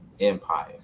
empire